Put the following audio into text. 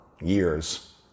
years